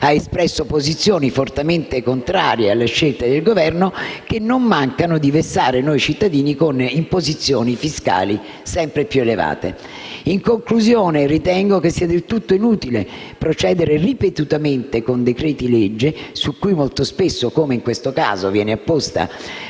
ha espresso posizioni fortemente contrarie alle scelte del Governo, che non mancano di vessare noi cittadini con imposizioni fiscali sempre più elevate. In conclusione ritengo che sia del tutto inutile procedere ripetutamente con decreti-legge, su cui molto spesso, come in questo caso, viene apposta